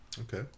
Okay